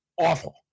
awful